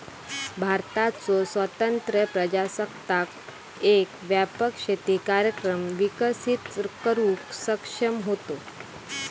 भारताचो स्वतंत्र प्रजासत्ताक एक व्यापक शेती कार्यक्रम विकसित करुक सक्षम होतो